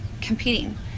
competing